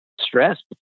stress